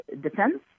defense